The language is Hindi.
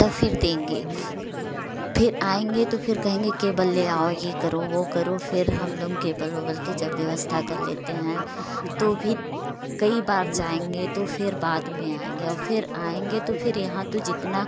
तब फिर देंगे फिर आएंगे तो फिर कहेंगे केबल ले आओ ये करो वो करो फिर हम लोग केबल ओबल की जब व्यवस्था कर लेते हैं तो भी कई बार जाएंगे तो फिर बाद में आएंगे और फिर आएंगे तो फिर यहाँ तो जितना